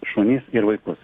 šunis ir vaikus